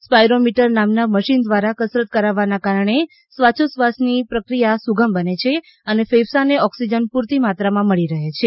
spirometer નામના machine દ્વારા કસરત કરાવવાના કારણે શ્વાસોચ્છવાસની પ્રક્રિયા સુગમ બને છે અને ફેફસાંને ઓક્સિજન પૂરતી માત્રામાં મળી રહે છે